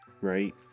right